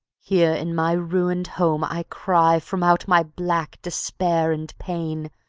here in my ruined home i cry from out my black despair and pain,